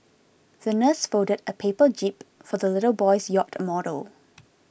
the nurse folded a paper jib for the little boy's yacht model